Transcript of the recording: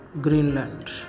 Greenland